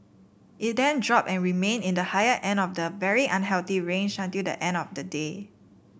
it then dropped and remained in the higher end of the very unhealthy range until the end of the day